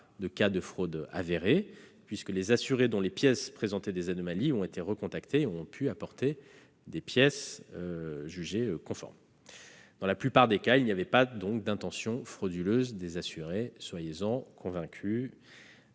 de cas de fraude avérés, puisque les assurés dont les pièces présentaient des anomalies ont été recontactés et ont pu apporter des pièces jugées conformes. Dans la plupart des cas, il n'y avait donc pas d'intention frauduleuse des assurés, soyez-en convaincue,